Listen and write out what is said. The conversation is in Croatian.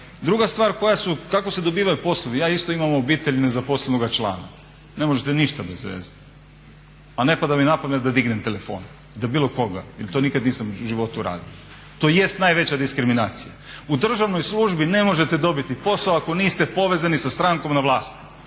Druga stvar je kako se dobivaju poslovi. Ja isto u obitelji imam nezaposlenog člana, ne možete ništa bez veze. A ne pada mi na pamet da dignem telefon, za bilo koga jel to nikad nisam u životu radio. To jest najveća diskriminacija. U državnoj službi ne možete dobiti posao ako niste povezani sa strankom na vlasti,